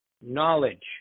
knowledge